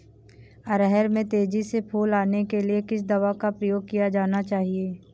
अरहर में तेजी से फूल आने के लिए किस दवा का प्रयोग किया जाना चाहिए?